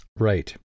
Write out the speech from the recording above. right